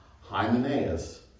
Hymenaeus